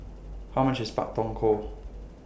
How much IS Pak Thong Ko